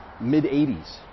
mid-80s